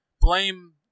blame